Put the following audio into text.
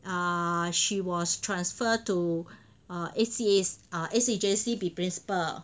she was transferred to err A_C A~ A_C_J_C be principal